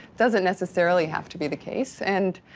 doesn't necessarily have to be the case. and